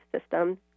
system